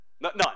None